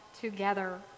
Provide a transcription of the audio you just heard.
together